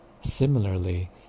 similarly